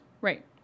Right